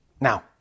now